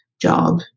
job